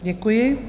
Děkuji.